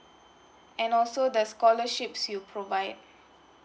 and also the scholarships you provide